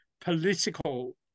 political